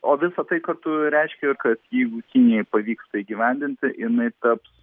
o visa tai kartu reiškia kad jeigu kinijai pavyks tai įgyvendinti jinai taps